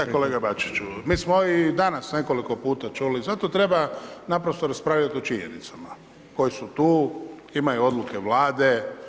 Da kolega Bačiću, mi smo i danas nekoliko puta čuli, zato treba naprosto raspravljati o činjenicama koje su tu, imaju odluke Vlade.